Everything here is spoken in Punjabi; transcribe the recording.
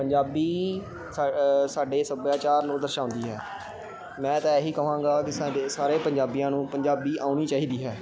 ਪੰਜਾਬੀ ਸ ਸਾਡੇ ਸੱਭਿਆਚਾਰ ਨੂੰ ਦਰਸਾਉਂਦੀ ਹੈ ਮੈਂ ਤਾਂ ਇਹੀ ਕਹਾਂਗਾ ਕਿ ਸਾਡੇ ਸਾਰੇ ਪੰਜਾਬੀਆਂ ਨੂੰ ਪੰਜਾਬੀ ਆਉਣੀ ਚਾਹੀਦੀ ਹੈ